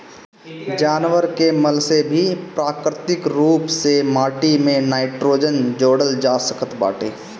जानवर के मल से भी प्राकृतिक रूप से माटी में नाइट्रोजन जोड़ल जा सकत बाटे